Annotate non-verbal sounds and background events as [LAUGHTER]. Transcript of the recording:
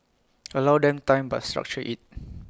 [NOISE] allow them time but structure IT